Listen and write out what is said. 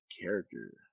character